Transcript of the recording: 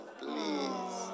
please